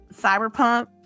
cyberpunk